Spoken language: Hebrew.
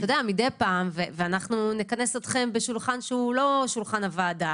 מדי פעם אנחנו נכנס אתכם בשולחן שהוא לא שולחן הוועדה